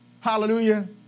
Hallelujah